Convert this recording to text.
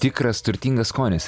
tikras turtingas skonis